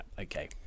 okay